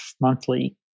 monthly